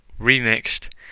remixed